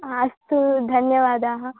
आ अस्तु धन्यवादाः